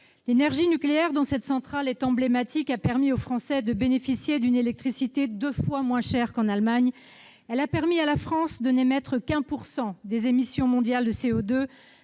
L'énergie nucléaire, dont cette centrale est emblématique, a permis aux Français de bénéficier d'une électricité deux fois moins chère qu'en Allemagne. Elle a permis à la France de n'émettre que 1 % des émissions mondiales de CO2,